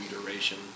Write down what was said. duration